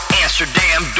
Amsterdam